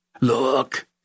Look